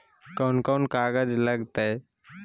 कौन कौन कागज लग तय?